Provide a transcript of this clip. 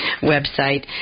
website